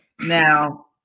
Now